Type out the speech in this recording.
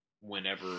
whenever